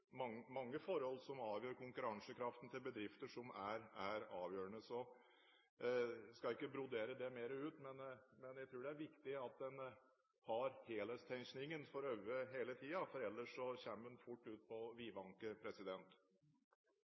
mange forhold som avgjør konkurransekraften til bedrifter, som er avgjørende. Jeg skal ikke brodere det mer ut, men jeg tror det er viktig at en har helhetstenkingen for øye hele tiden, ellers kommer en fort ut på